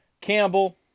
Campbell